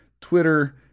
Twitter